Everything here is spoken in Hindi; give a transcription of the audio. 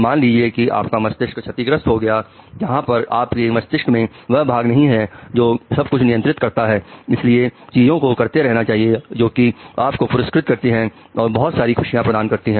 मान लीजिए कि आपका मस्तिष्क क्षतिग्रस्त हो गया है जहां पर आप के मस्तिष्क में वह भाग नहीं है जो सब कुछ नियंत्रित करता है इसलिए चीजों को करते रहना चाहिए जो कि आप को पुरस्कृत करती हैं और बहुत सारी खुशियां प्रदान करती हैं